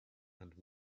and